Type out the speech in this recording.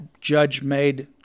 judge-made